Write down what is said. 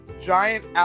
giant